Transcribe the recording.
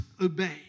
obey